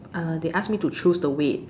uh they ask me to choose the weight